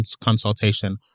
consultation